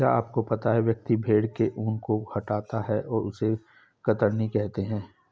क्या आपको पता है व्यक्ति भेड़ के ऊन को हटाता है उसे कतरनी कहते है?